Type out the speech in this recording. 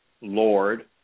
lord